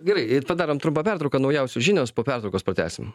gerai padarom trumpą pertrauką naujausios žinios po pertraukos pratęsim